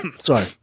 sorry